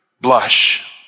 blush